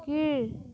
கீழ்